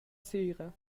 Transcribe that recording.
sera